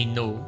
no